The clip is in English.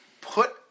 put